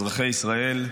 אזרחי ישראל,